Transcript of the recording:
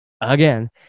again